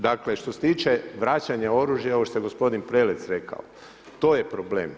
Dakle, što se tiče vračanja oružja ovo što je gospodin Prelec rekao, to je problem.